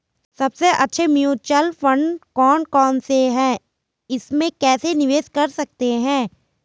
सबसे अच्छे mutual fund कौन कौनसे हैं इसमें कैसे निवेश कर सकते हैं?